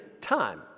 time